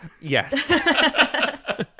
Yes